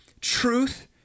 truth